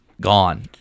gone